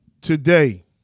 today